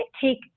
take